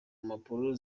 mpapuro